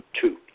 two